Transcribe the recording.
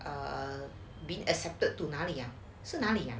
err been accepted to 哪里是哪里